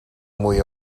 mwy